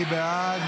מי בעד?